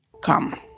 come